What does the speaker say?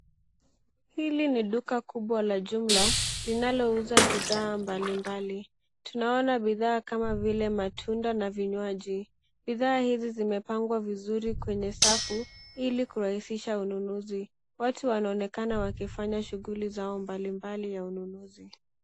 Hili ni duka kubwa la jumla linalouza bidhaa mbalimbali. Tunaona bidhaa kama vile matunda na vinywaji. Bidhaa hizi zimepangwa vizuri kwenye safu ili kurahisisha ununuzi. Watu wanaonekana wakifanya shughuli zao mbalimbali ya ununuzi.